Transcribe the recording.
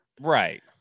Right